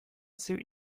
suit